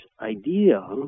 idea